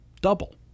Double